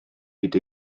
hyd